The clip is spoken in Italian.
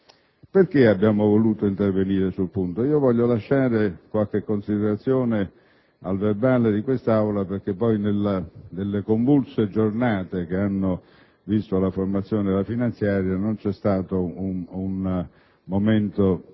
Perché siamo voluti intervenire sul punto? Voglio lasciare qualche considerazione nel resoconto di questa seduta perché nelle convulse giornate che hanno visto la formazione della finanziaria non c'è stato un momento